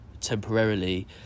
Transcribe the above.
temporarily